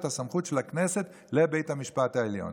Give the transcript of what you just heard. את הסמכות של הכנסת לבית המשפט העליון,